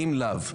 אם לאו.